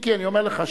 אם כי אני אומר לך,